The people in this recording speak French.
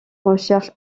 recherche